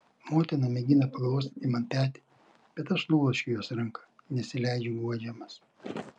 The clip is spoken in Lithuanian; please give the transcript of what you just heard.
motina mėgina paglostyti man petį bet aš nubloškiu jos ranką nesileidžiu guodžiamas